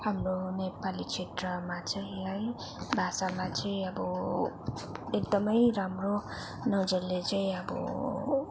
हाम्रो नेपाली क्षेत्रमा चाहिँ है भाषामा चाहिँ अब एकदमै राम्रो नजरले चाहिँ अब